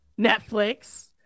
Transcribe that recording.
Netflix